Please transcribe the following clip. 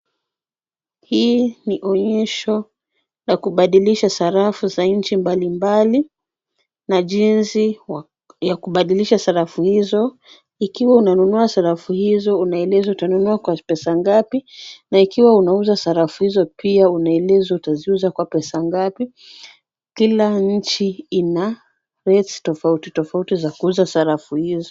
Hii ni onyesho la kubadilisha sarafu za nchi mbali mbali na jinsi ya kubadilisha sarafu hizo. Ikiwa unanunua sarafu hizo, unaelezwa utanunua kwa pesa ngapi na ikiwa unauza sarafu hizo pia, unaelezwa utaziuza kwa pesa ngapi. Kila nchi ina rates tofauti tofauti za kuuza sarafu hizo.